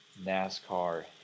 NASCAR